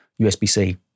USB-C